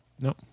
No